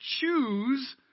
choose